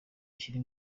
ashyira